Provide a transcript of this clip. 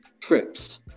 trips